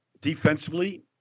Defensively